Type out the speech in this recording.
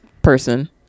person